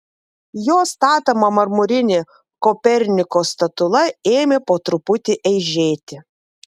jo statoma marmurinė koperniko statula ėmė po truputį eižėti